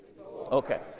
Okay